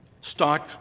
Start